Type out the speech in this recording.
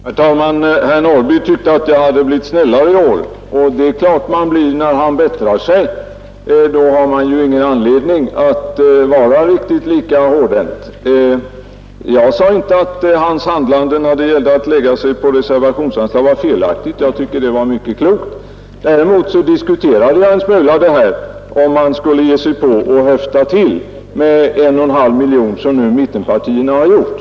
Herr talman! Herr Norrby i Gunnarskog tyckte att jag hade blivit snällare i år, och det är klart att man blir det när han bättrar sig. Då har man ju inte anledning att vara riktigt lika hårdhänt. Jag sade inte att herr Norrbys handlande när det gällde att ansluta sig till reservationsanslaget var felaktigt — jag tycker det var mycket klokt. Däremot diskuterade jag om man skulle ge sig på att höfta till ett belopp på 1,5 miljoner, som mittenpartierna nu har gjort.